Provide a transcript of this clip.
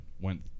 went